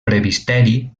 presbiteri